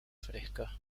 fresca